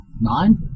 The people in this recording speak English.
nine